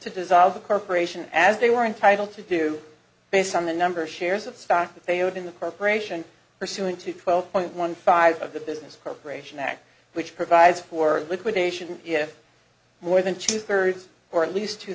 to dissolve the corporation as they were entitled to do based on the number of shares of stock that they owed in the corporation pursuant to twelve point one five of the business procreation act which provides for liquidation if more than two thirds or at least two